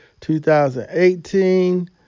2018